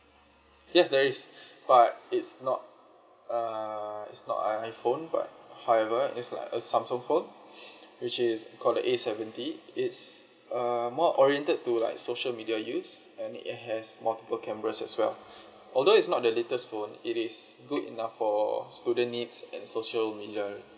yes there is but it's not uh it's not a iphone but however is like a samsung phone which is called the A seventy it's err more oriented to like social media use and it has multiple cameras as well although it's not the latest phone it is good enough for student needs and social media